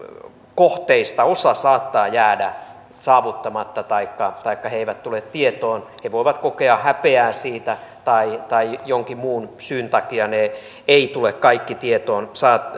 kohteista osa saattaa jäädä saavuttamatta taikka taikka he eivät tule tietoon he voivat kokea häpeää siitä tai tai jonkin muun syyn takia ne eivät tule kaikki tietoon